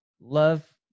love